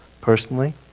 personally